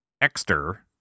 Exter